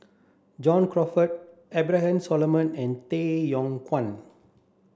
John Crawfurd Abraham Solomon and Tay Yong Kwang